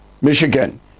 michigan